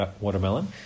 watermelon